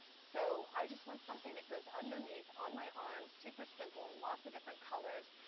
so i just want something that goes underneath, on my arms, super simple in lots of different colors.